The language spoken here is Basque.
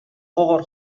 gogor